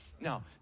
Now